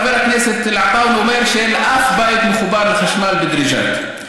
חבר הכנסת אל-עטאונה אומר שאין אף בית שמחובר לחשמל בדריג'את.